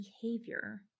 behavior